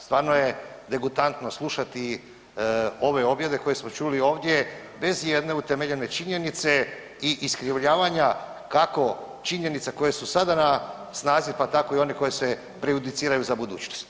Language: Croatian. Stvarno je degutantno slušati ove objede koje smo čuli ovdje bez ijedne utemeljene činjenice i iskrivljavanja kako činjenica koje su sada na snazi, pa tako i one koje se prejudiciraju za budućnost.